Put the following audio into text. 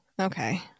Okay